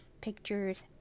pictures